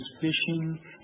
fishing